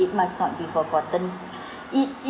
it must not be forgotten it